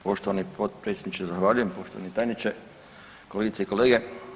Poštovani potpredsjedniče zahvaljujem, poštovani tajniče, kolegice i kolege.